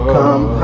Come